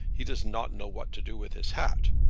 he does not know what to do with his hat.